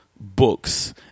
books